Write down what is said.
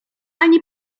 ani